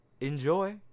enjoy